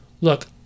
look